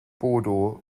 bodo